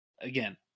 again